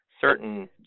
certain